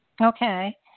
Okay